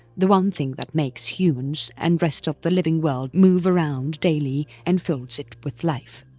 the one thing that makes humans and rest of the living world move around daily and fills it with life.